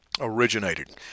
originated